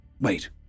Wait